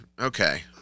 Okay